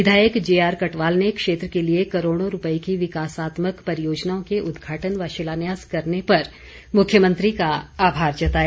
विधायक जेआर कटवाल ने क्षेत्र के लिए करोड़ों रुपये की विकासात्मक परियोजनाओं को उदघाटन व शिलान्यास करने पर मुख्यमंत्री का आभार जताया